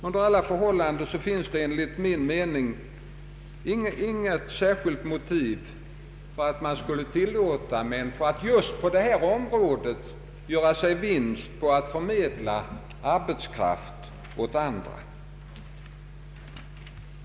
Under alla förhållanden finns det enligt min mening inget särskilt motiv för att tillåta att någon just på detta område bereder sig vinst på att förmedla arbetskraft åt andra.